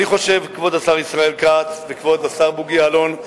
כבוד השר ישראל כץ וכבוד השר בוגי יעלון,